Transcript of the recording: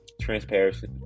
transparency